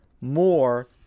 more